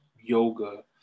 yoga